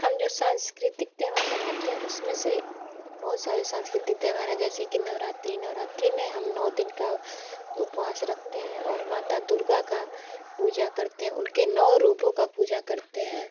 हम जो सांस्कृतिक त्योहार मनाते हैं उसमें से बहुत सारे सांस्कृतिक त्योहार हैं जैसे कि नवरात्रि नवरात्रि में हम नौ दिन का उपवास रखते हैं और माता दुर्गा का पूजा करते हैं उनके नौ रूपों का पूजा करते हैं